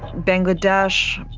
bangladesh.